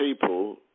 people